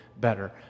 better